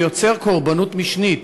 ויוצר קורבנות משנית